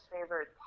favorite